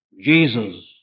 Jesus